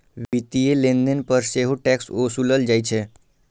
वित्तीय लेनदेन पर सेहो टैक्स ओसूलल जाइ छै